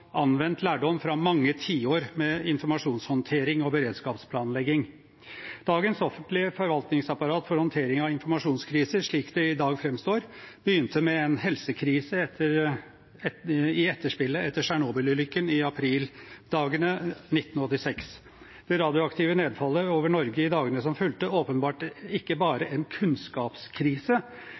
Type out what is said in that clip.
anvendt lærdom fra mange tiår med informasjonshåndtering og beredskapsplanlegging. Dagens offentlige forvaltningsapparat for håndtering av informasjonskriser slik det i dag framstår, begynte med en helsekrise i etterspillet etter Tsjernobyl-ulykken i aprildagene 1986. Det radioaktive nedfallet over Norge i dagene som fulgte, åpenbarte ikke bare en kunnskapskrise